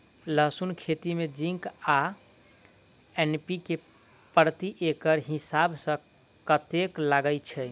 लहसून खेती मे जिंक आ एन.पी.के प्रति एकड़ हिसाब सँ कतेक लागै छै?